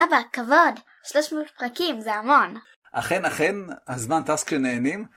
אבא, כבוד! 300 פרקים, זה המון! אכן, אכן. הזמן טס כשנהנים.